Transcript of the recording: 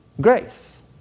grace